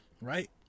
right